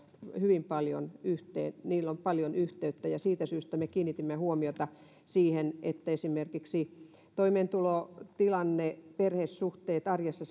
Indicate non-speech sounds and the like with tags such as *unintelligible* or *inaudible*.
hyvin paljon yhteen niillä on paljon yhteyttä siitä syystä me kiinnitimme huomiota siihen että esimerkiksi toimeentulotilanne perhesuhteet ja arjessa *unintelligible*